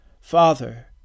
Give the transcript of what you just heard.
Father